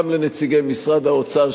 וגם לנציגי משרד האוצר,